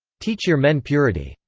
teach your men purity.